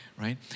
right